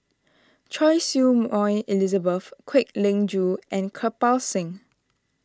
Choy Su Moi Elizabeth Kwek Leng Joo and Kirpal Singh